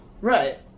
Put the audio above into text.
Right